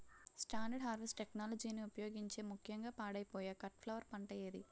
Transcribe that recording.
Standard harvest టెక్నాలజీని ఉపయోగించే ముక్యంగా పాడైపోయే కట్ ఫ్లవర్ పంట ఏది?